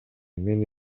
мен